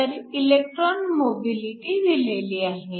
तर electron mobility दिलेली आहे